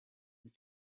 was